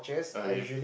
oh yea